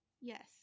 Yes